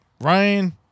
Ryan